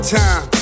time